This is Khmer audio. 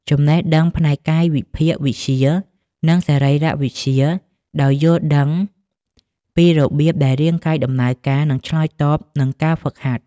ចំណេះដឹងផ្នែកកាយវិភាគវិទ្យា និងសរីរវិទ្យាដោយ យល់ដឹងពីរបៀបដែលរាងកាយដំណើរការ និងឆ្លើយតបនឹងការហ្វឹកហាត់។